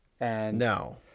No